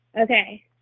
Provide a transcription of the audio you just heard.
Okay